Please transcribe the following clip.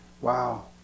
Wow